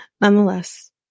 nonetheless